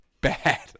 bad